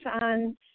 on